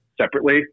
separately